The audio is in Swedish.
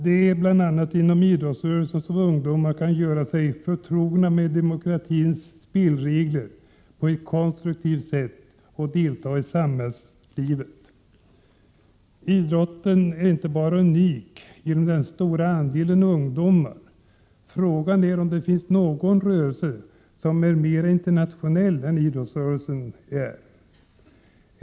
Det är bl.a. inom idrottsrörelsen som ungdomar kan göra sig förtrogna med demokratins spelregler och på ett konstruktivt sätt delta i samhällslivet. Idrotten är unik inte bara genom den stora andelen ungdomar. Frågan är om det finns någon rörelse som är mera internationell än idrottsrörelsen.